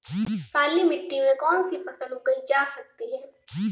काली मिट्टी में कौनसी फसल उगाई जा सकती है?